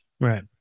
Right